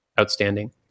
outstanding